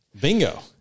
bingo